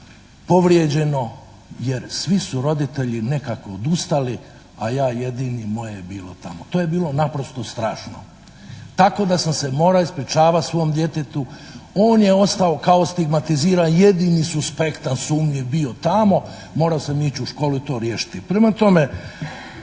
povrijeđeno jer svi su roditelji nekako odustali, a ja jedini, moje je bilo tamo. To je bilo naprosto strašno. Tako da sam se morao ispričavati svom djetetu. On je ostao kao stigmatiziran, jedini s aspekta sumnji je bio tamo, morao sam ići u školu i to riješiti.